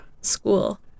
school